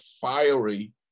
fiery